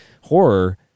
horror